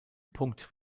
punkt